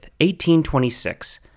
1826